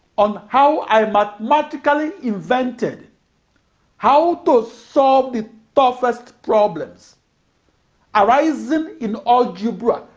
on how i but mathematically invented how to solve the toughest problems arising in algebra,